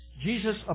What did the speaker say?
Jesus